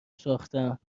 ساختم